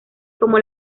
como